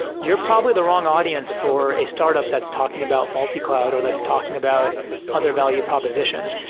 you're probably the wrong audience for a startup that's talking about multi-cloud, or that's talking about other value propositions.